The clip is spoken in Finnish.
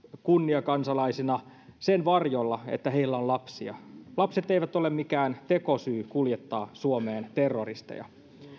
kunniakansalaisina sen varjolla että heillä on lapsia lapset eivät ole mikään tekosyy kuljettaa suomeen terroristeja